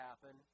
happen